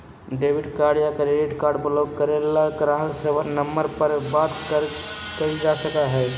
debit card या credit card block करे ला ग्राहक सेवा नंबर पर बात कइल जा सका हई